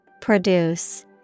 Produce